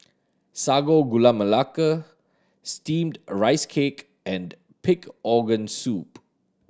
Sago Gula Melaka steamed a rice cake and pig organ soup